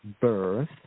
birth